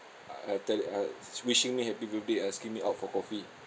I tell you I wishing me happy birthday asking me out for coffee